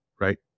Right